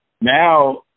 now